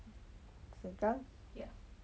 sengkang